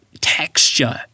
texture